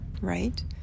right